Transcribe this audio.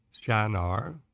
Shinar